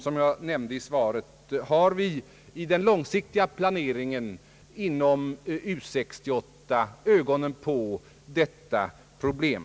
Som jag nämnde i svaret har vi dessutom i den långsiktiga planeringen inom U 68 ögonen på detta problem.